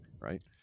right